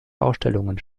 ausstellungen